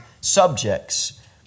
subjects